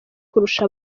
kurusha